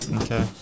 Okay